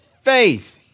Faith